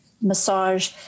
massage